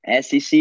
SEC